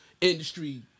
industry